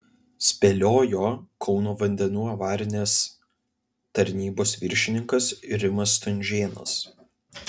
spėliojo kauno vandenų avarinės tarnybos viršininkas rimas stunžėnas